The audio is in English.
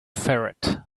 ferret